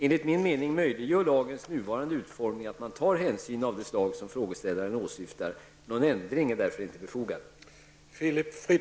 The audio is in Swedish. Enligt min mening möjliggör lagens nuvarande utformning att man tar hänsyn av det slag som frågeställaren åsyftar. Någon ändring är därför inte befogad.